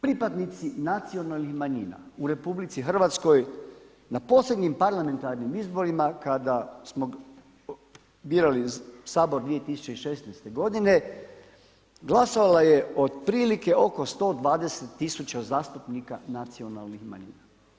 Pripadnici nacionalnih manjina u RH na posljednjim parlamentarnim izborima kada smo birali Sabor 2016. godine glasovala je otprilike oko 120 tisuća zastupnika nacionalnih manjina.